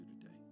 today